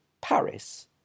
Paris